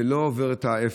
זה לא עובר את האפס,